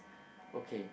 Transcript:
okay